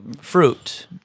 fruit